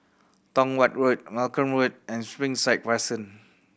Tong Watt Road Malcolm Road and Springside Crescent